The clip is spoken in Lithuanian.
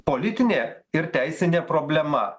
politinė ir teisinė problema